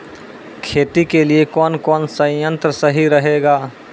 खेती के लिए कौन कौन संयंत्र सही रहेगा?